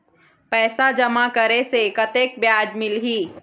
पैसा जमा करे से कतेक ब्याज मिलही?